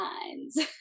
minds